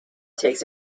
takes